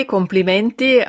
Complimenti